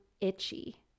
itchy